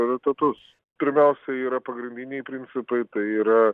rezultatus pirmiausia yra pagrindiniai principai tai yra